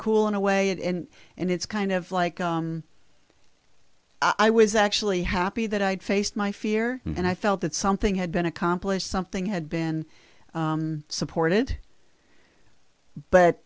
cool in a way and and it's kind of like i was actually happy that i faced my fear and i felt that something had been accomplished something had been supported but